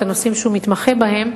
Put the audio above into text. את הנושאים שהוא מתמחה בהם,